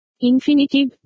Infinitive